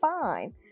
Fine